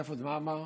מה אמר?